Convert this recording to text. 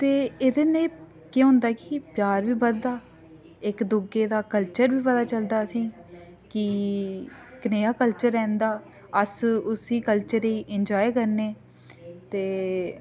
ते एह्दे ने केह् होंदा कि प्यार बी बधदा इक दूए दा कल्चर बी पता चलदा असेंईँ कि कनेहा कल्चर ऐ इं'दा अस उसी कल्चर गी एंजाय करने